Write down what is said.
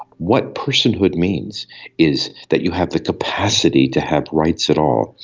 what personhood means is that you have the capacity to have rights at all.